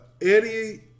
Eddie